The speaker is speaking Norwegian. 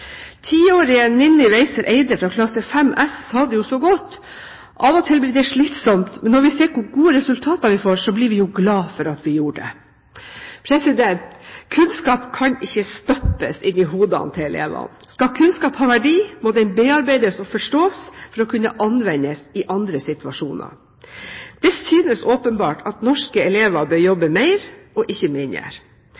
Tiårige Ninni Weisser Eide fra klasse 5S sa det så godt: «Av og til er det slitsomt, men når vi ser hvor gode resultater vi får, blir vi glade for at de gjorde det.» Kunnskap kan ikke stappes inn i hodene på elevene. Skal kunnskap ha verdi, må den bearbeides og forstås for å kunne anvendes i andre situasjoner. Det synes åpenbart at norske elever bør